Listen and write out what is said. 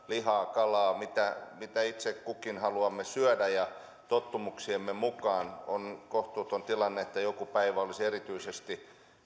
lihaa kalaa mitä mitä itse kukin haluamme syödä tottumuksiemme mukaan on kohtuuton tilanne että joku päivä olisi erityisesti